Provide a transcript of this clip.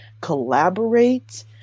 collaborate